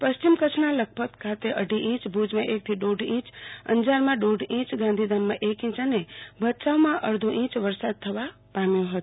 પશ્ચિમ કચ્છના લખપત ખાતે અઢી ઈચં ભુજમાં એકથી દોઢ ઈંચ અંજારમાં દોઢ ઈંચ ગાંધીધામમાં એક ઈંચ અને ભચાઉમાં અડધો ઈંચ વરસાદ થવા પામ્યો હતો